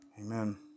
Amen